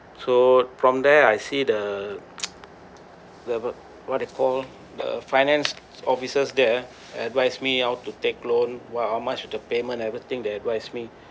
so from there I see the level what they you call the finance officers there advice me how to take loan while how much of the payment everything they advise me